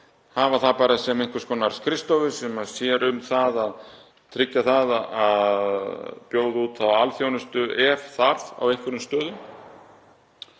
hafa það bara sem einhvers konar skrifstofu sem sér um það að tryggja að bjóða út alþjónustu, ef þarf, á einhverjum stöðum